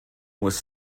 was